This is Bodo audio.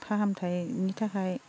फाहामथायनि थाखाय